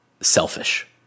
selfish